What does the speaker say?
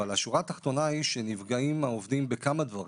השורה התחתונה היא שנפגעים העובדים בכמה דברים: